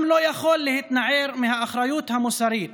הוא גם לא יכול להתנער מהאחריות המוסרית